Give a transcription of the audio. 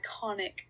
iconic